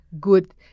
good